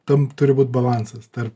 tam turi būt balansas tar